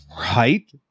Right